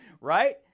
Right